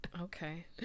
Okay